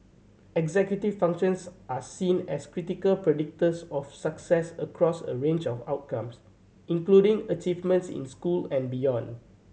executive functions are seen as critical predictors of success across a range of outcomes including achievement in school and beyond